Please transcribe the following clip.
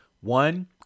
One